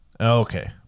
Okay